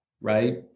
right